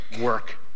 work